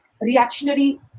reactionary